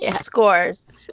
scores